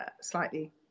slightly